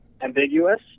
ambiguous